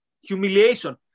humiliation